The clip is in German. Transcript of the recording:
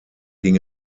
ging